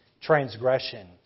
transgression